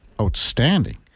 outstanding